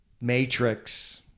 matrix